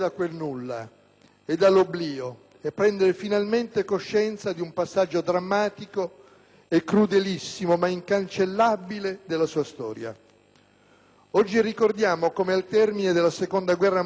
e dall'oblio e prendere finalmente coscienza di un passaggio drammatico e crudelissimo, ma incancellabile della sua storia. Oggi ricordiamo come al termine della Seconda guerra mondiale